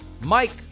Mike